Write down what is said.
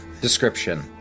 Description